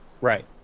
Right